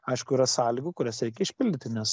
aišku yra sąlygų kurias reikia išpildyti nes